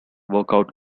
workout